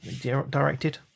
directed